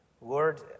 Lord